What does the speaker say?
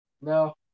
No